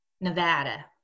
Nevada